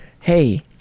Hey